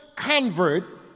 Convert